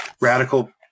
radical